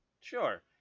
Sure